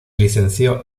licenció